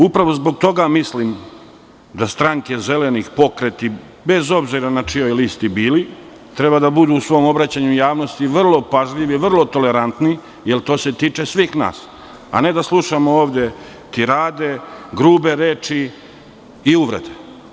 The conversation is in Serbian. Upravo zbog toga mislim da stranke zelenih, pokreti, bez obzira na čijoj listi bili, treba da budu u svom obraćanju javnosti vrlo pažljivi, vrlo tolerantni, jer to se tiče svih nas, a ne da slušamo ovde tirade, grube reči i uvrede.